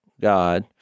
God